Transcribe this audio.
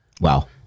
Wow